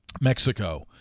Mexico